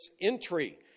entry